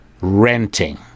renting